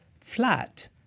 flat